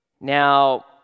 Now